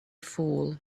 fool